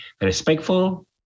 respectful